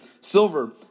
Silver